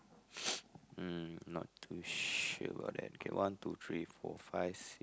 mm not too sure about that kay one two three four five